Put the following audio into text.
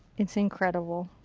it's incredible.